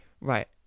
right